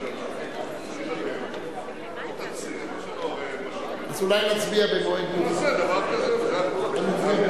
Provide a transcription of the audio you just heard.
ותציע שלא יהיו משאבים ונעשה דבר כזה וזה הכול.